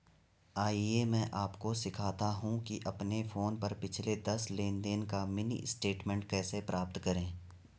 आइए मैं आपको सिखाता हूं कि अपने फोन पर पिछले दस लेनदेन का मिनी स्टेटमेंट कैसे प्राप्त करें